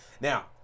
Now